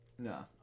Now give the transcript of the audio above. No